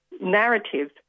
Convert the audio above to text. narrative